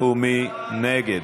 ומי נגד?